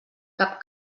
cap